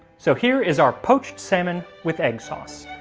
so here is our poached salmon with egg sauce.